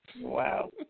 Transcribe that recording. Wow